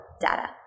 data